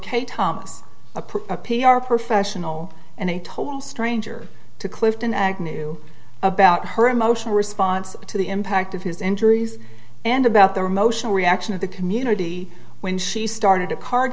a p r professional and a total stranger to clifton agnew about her emotional response to the impact of his injuries and about their emotional reaction of the community when she started a card